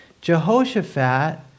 Jehoshaphat